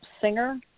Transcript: Singer